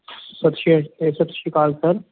ਸਸਰੀਆ ਸਤਿ ਸ਼੍ਰੀ ਅਕਾਲ ਸਰ